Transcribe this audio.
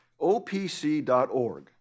opc.org